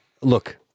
look